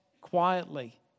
quietly